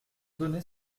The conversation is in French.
donner